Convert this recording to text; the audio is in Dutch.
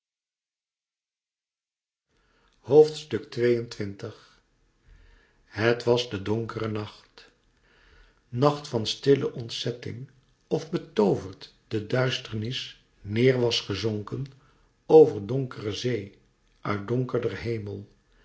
het was de donkere nacht nacht van stille ontzetting of betooverd de duisternis neêr was gezonken over donkere zee uit donkerder hemel